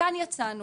מכאן יצאנו